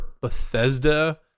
Bethesda